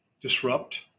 disrupt